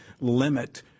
limit